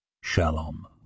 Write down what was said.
Shalom